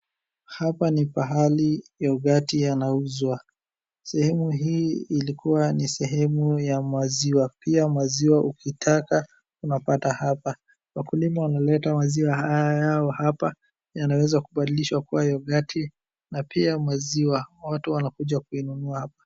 Hapa ni pahali yogati yanauzwa, sehemu hii ilikuwa ni sehemu ya maziwa. Pia maziwa ukitaka, unapata hapa. Wakulima wanaleta maziwa yao hapa, yanaweza kubadilishwa kuwa yogati, na pia maziwa, watu wankuja kuinunua hapa.